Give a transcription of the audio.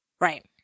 Right